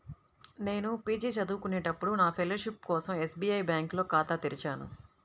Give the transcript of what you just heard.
నేను పీజీ చదువుకునేటప్పుడు నా ఫెలోషిప్ కోసం ఎస్బీఐ బ్యేంకులో ఖాతా తెరిచాను